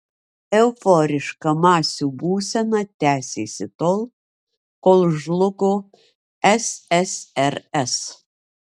euforiška masių būsena tęsėsi tol kol žlugo ssrs